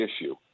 issue